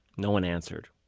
no one answered.